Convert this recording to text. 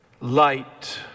Light